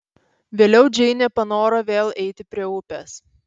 vėliau džeinė panoro vėl eiti prie upės